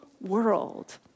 world